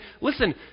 listen